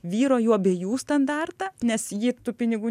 vyro jų abiejų standartą nes ji tų pinigų